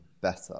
better